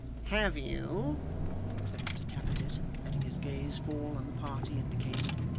have you said mr tappertit, letting his gaze fall on the party indicated,